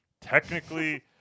Technically